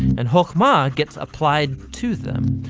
and chokhmah gets applied to them,